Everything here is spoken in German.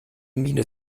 miene